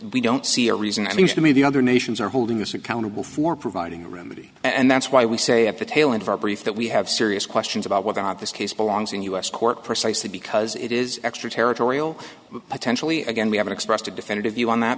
we don't see a reason i think to me the other nations are holding us accountable for providing a remedy and that's why we say at the tail end of our brief that we have serious questions about whether or not this case belongs in u s court precisely because it is extraterritorial potentially again we haven't expressed a definitive view on that